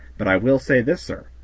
but i will say this, sir,